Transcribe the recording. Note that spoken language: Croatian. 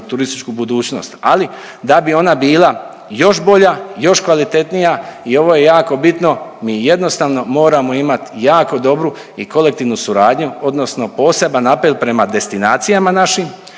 turističku budućnost. Ali da bi ona bila još bolja, još kvalitetnija i ovo je jako bitno, mi jednostavno moramo imat jako dobru i kolektivnu suradnju odnosno poseban apel prema destinacijama našim,